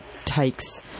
takes